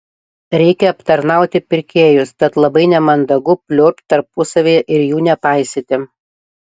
reikia aptarnauti pirkėjus tad labai nemandagu pliurpt tarpusavyje ir jų nepaisyti